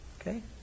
Okay